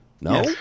No